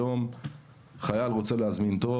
היום אם חייל רוצה להזמין תור,